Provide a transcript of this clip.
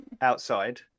outside